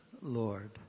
Lord